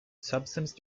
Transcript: substance